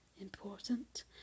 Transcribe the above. important